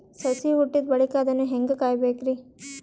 ಸಸಿ ಹುಟ್ಟಿದ ಬಳಿಕ ಅದನ್ನು ಹೇಂಗ ಕಾಯಬೇಕಿರಿ?